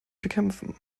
bekämpfen